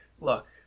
look